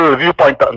viewpoint